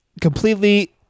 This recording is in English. completely